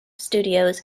studios